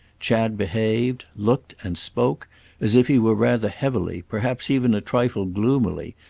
chad behaved, looked and spoke as if he were rather heavily, perhaps even a trifle gloomily,